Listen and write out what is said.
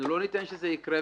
לא ניתן שזה יקרה,